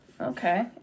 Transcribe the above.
Okay